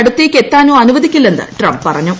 അടുത്തേക്ക് എത്താന്ടെ അനുവദിക്കില്ലെന്ന് ട്രംപ് പറഞ്ഞു